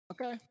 Okay